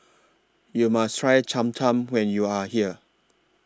YOU must Try Cham Cham when YOU Are here